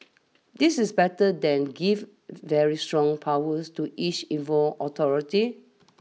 this is better than give very strong powers to each involved authority